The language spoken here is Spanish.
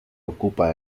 ocupa